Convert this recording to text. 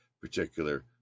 particular